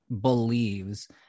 believes